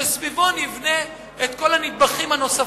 שסביבו נבנה את כל הנדבכים הנוספים.